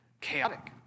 chaotic